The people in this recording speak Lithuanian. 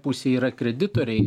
pusėje yra kreditoriai